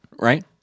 right